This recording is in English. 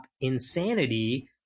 insanity